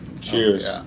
Cheers